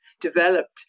developed